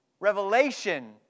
Revelation